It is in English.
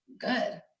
good